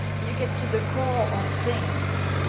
and you get to the core of things,